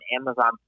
Amazon